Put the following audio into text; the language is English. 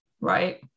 right